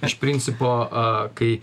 iš principo a kai